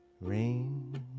Rain